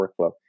workflow